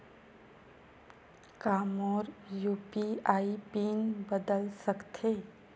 का मोर UPI PIN बदल सकथे?